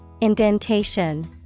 Indentation